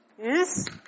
Yes